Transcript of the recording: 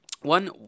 one